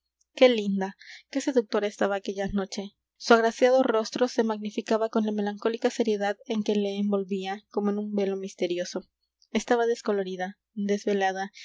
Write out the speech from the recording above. qué linda qué seductora estaba aquella noche su agraciado rostro se magnificaba con la melancólica seriedad en que le envolvía como en un velo misterioso estaba descolorida desvelada